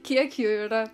kiek jų yra